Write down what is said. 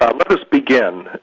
um let us begin.